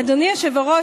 אדוני היושב-ראש,